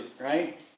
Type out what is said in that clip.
right